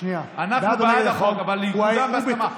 אנחנו בעד החוק, אבל הוא יקודם בהסכמה.